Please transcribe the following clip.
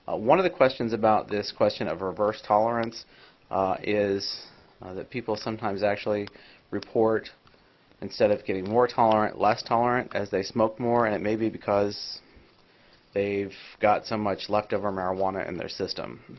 one of the questions about this question of reverse tolerance is people sometimes actually report instead of getting more tolerant, less tolerant as they smoke more. and it may be because they've got so much left over marijuana in their system.